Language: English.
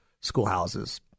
schoolhouses